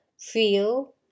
feel